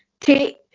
take